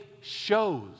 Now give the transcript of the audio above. shows